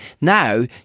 Now